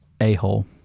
a-hole